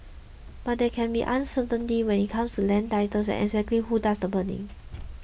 but there can be uncertainty when it comes to land titles and exactly who does the burning